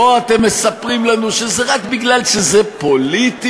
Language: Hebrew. פה אתם מספרים לנו שזה רק מפני שזה פוליטי,